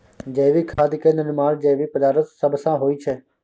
जैविक खाद केर निर्माण जैविक पदार्थ सब सँ होइ छै